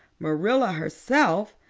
marilla herself,